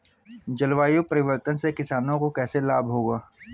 जलवायु परिवर्तन से किसानों को कैसे लाभ होगा?